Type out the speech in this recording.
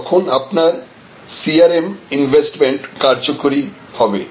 তখন আপনার CRM investment কার্যকরী হবে